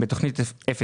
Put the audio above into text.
תודה